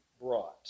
brought